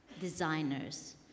designers